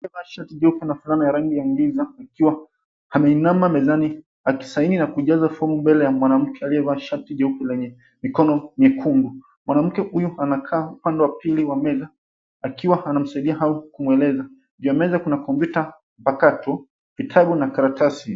Aliyevaa shati jeupe na fulana ya rangi ya giza akiwa ameinama mezani akisaini na kujaza fomu mbele ya mwanamke aliyevaa shati jeupe lenye mikono mikungu. Mwanamke huyu anakaa upande wa pili wa meza akiwa anamsaidia huyo kumueleza. Juu ya meza kuna kompyuta, pakato, vitabu na karatasi.